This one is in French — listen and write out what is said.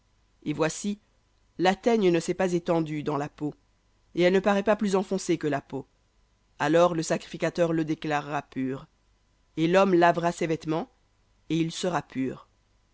et voici la teigne ne s'est pas étendue dans la peau et elle ne paraît pas plus enfoncée que la peau alors le sacrificateur le déclarera pur et l'homme lavera ses vêtements et il sera pur